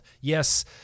Yes